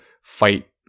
fight